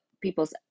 people's